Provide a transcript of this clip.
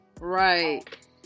Right